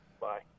Bye